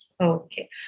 Okay